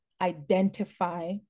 identify